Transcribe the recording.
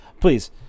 Please